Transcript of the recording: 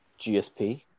GSP